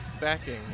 backing